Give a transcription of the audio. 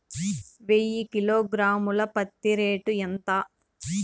వెయ్యి కిలోగ్రాము ల పత్తి రేటు ఎంత?